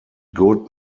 good